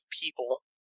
people